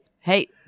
Hey